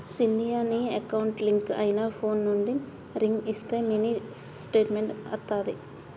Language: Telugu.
సిన్నయ నీ అకౌంట్ లింక్ అయిన ఫోన్ నుండి రింగ్ ఇస్తే మినీ స్టేట్మెంట్ అత్తాదిరా